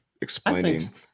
explaining